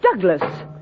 Douglas